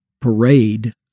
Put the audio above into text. parade